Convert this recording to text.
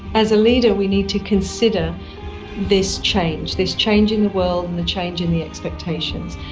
as a leader we need to consider this change, this change in the world and the change in the expectations.